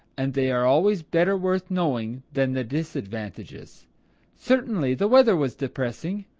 and they are always better worth knowing than the disadvantages certainly the weather was depressing,